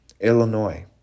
Illinois